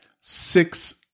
six